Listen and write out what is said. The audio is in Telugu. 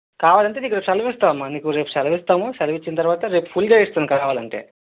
కావాలి అంటే నీకు సెలవు ఇస్తాము అమ్మా నీకు రేపు సెలవు ఇస్తాము సెలవు ఇచ్చిన తరువాత రేపు ఫుల్గా ఇస్తాము కావాలి అంటే